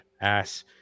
Ass